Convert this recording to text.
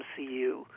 MCU